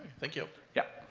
thank you. yep.